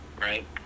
right